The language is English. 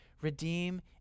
redeem